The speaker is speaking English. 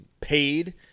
paid